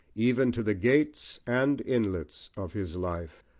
even to the gates and inlets of his life!